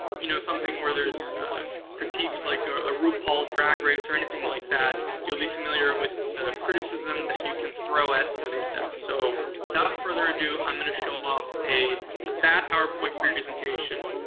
you know, something where there's critiques, like a rupaul's drag race or anything like that, you'll be familiar with the criticism that you can throw at some of these decks. so, without further ado, i'm going to show off a a bad powerpoint presentation,